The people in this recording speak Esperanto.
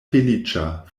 feliĉa